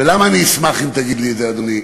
ולמה אני אשמח אם תגיד לי את זה, אדוני?